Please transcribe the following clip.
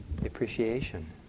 appreciation